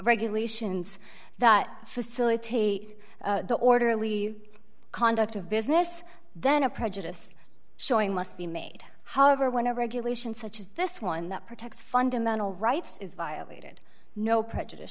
regulations that facilitate the orderly conduct of business then a prejudiced showing must be made however when a regulation such as this one that protects fundamental rights is violated no prejudice